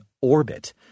orbit